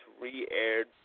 re-aired